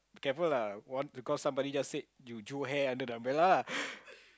careful lah on~ because somebody just said you drew hair under the umbrella